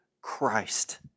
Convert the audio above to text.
Christ